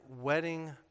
wedding